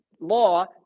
law